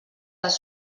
les